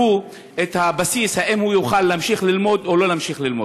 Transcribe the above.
את הבסיס להחלטה אם הוא יוכל להמשיך ללמוד או שלא ימשיך ללמוד.